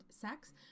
sex